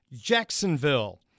Jacksonville